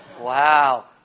wow